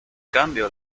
cambio